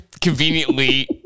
conveniently